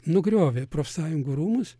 nugriovė profsąjungų rūmus